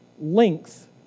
length